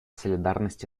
солидарность